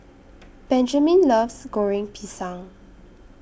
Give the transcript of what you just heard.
Benjamin loves Goreng Pisang